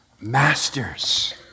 Masters